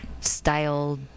style